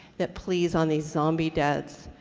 that, please, on the zombie debts,